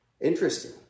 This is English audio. Interesting